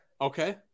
Okay